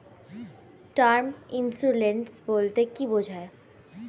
Term insurance বলতে কী বোঝায়?